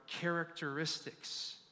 characteristics